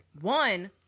one